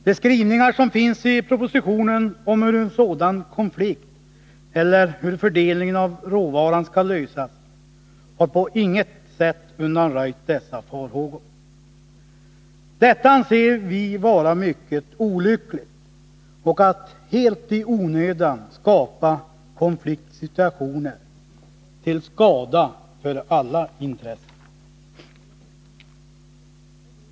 De skrivningar som finns i propositionen om hur en sådan konflikt, eller problemet med fördelningen av råvaran, skall lösas har på inget sätt undanröjt dessa farhågor. Detta anser vi vara mycket olyckligt, och det är att helt i onödan skapa konfliktsituationer, till skada för alla intressen.